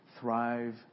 thrive